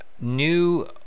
New